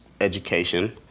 education